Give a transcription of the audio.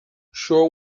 shore